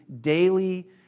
daily